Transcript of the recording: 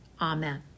amen